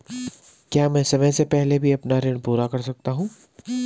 क्या मैं समय से पहले भी अपना ऋण पूरा कर सकता हूँ?